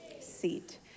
seat